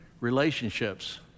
relationships